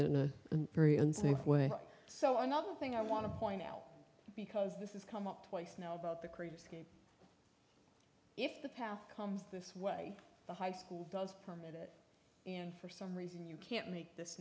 it in a very unsafe way so another thing i want to point out because this is come up twice now about the creeps again if the path comes this way the high school does permit and for some reason you can't make this